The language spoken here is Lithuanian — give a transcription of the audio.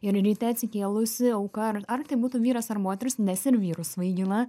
ir ryte atsikėlusi auka ar ar tai būtų vyras ar moteris nes ir vyrus svaigina